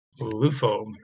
Lufo